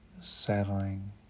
settling